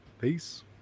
Peace